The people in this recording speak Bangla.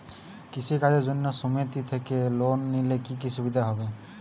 কৃষি কাজের জন্য সুমেতি থেকে লোন নিলে কি কি সুবিধা হবে?